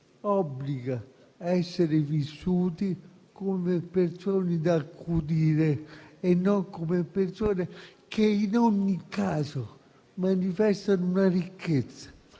obbliga a essere vissuti come persone da accudire e non come persone che in ogni caso manifestano una ricchezza